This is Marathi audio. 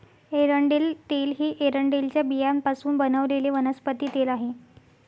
एरंडेल तेल हे एरंडेलच्या बियांपासून बनवलेले वनस्पती तेल आहे